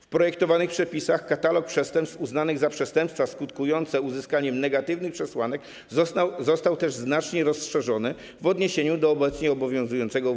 W projektowanych przepisach katalog przestępstw uznanych za przestępstwa skutkujące uzyskaniem negatywnych przesłanek został też znacznie rozszerzony w odniesieniu do obecnie obowiązującego w